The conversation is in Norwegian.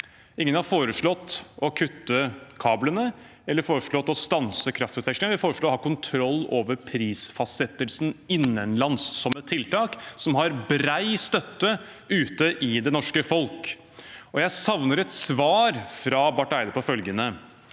Ingen har foreslått å kutte kablene eller å stanse kraftutvekslingen. Vi foreslår å ha kontroll over prisfastsettelsen innenlands, som er et tiltak som har bred støtte ute i det norske folk. Jeg savner et svar fra Barth Eide på følgende